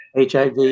HIV